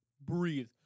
breathe